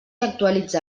actualitza